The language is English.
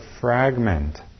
fragment